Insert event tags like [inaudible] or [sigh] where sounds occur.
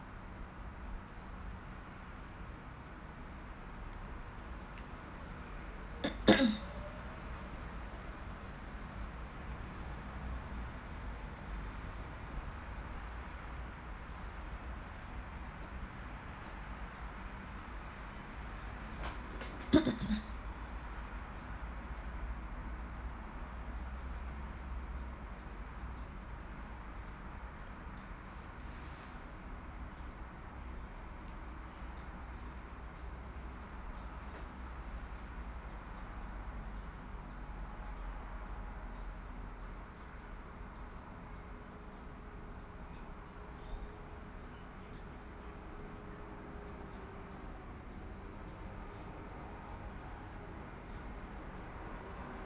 [coughs] [coughs]